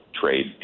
trade